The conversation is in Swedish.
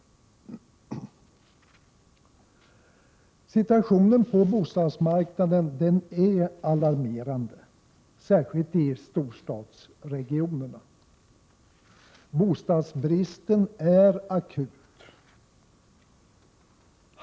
Situationen på bostadsmarknaden är alarmerande, särskilt i storstadsregionerna. Bostadsbristen är akut.